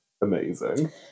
Amazing